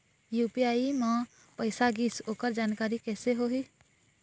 UPI म पैसा गिस ओकर जानकारी कइसे होही?